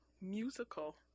musical